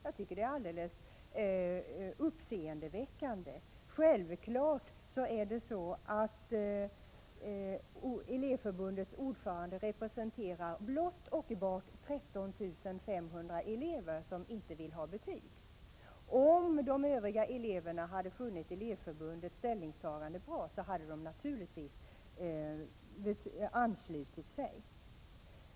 Jag tycker det är uppseendeväckande. Självfallet representerar Elevorganisationens ordförande blott och bart 13 500 elever som inte vill ha betyg. Om de övriga eleverna hade funnit Elevorganisationens ställningstagande bra, hade de naturligtvis anslutit sig till det.